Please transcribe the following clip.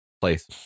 place